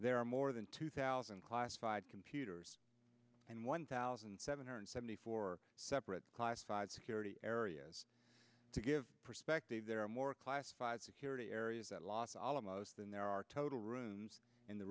there are more than two thousand classified computers and one thousand seven hundred seventy four separate classified security areas to give perspective there are more classified security areas at los alamos than there are total rooms in the